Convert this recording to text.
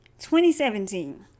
2017